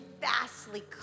vastly